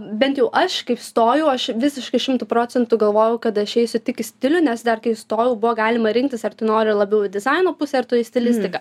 bent jau aš kaip stojau aš visiškai šimtu procentų galvojau kad aš eisiu tik į stilių nes dar kai įstojau buvo galima rinktis ar tu nori labiau į dizaino pusę ar tu į stilistiką